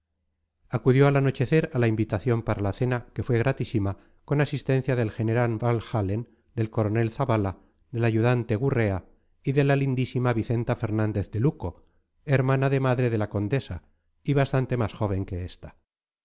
acudió al anochecer a la invitación para la cena que fue gratísima con asistencia del general van-halen del coronel zabala del ayudante gurrea y de la lindísima vicenta fernández de luco hermana de madre de la condesa y bastante más joven que esta